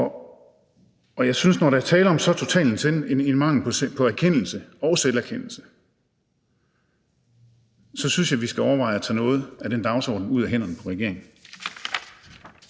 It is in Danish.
Og når der er tale om en så total mangel på erkendelse og selverkendelse, synes jeg, vi skal overveje at tage noget af den dagsorden ud af hænderne på regeringen.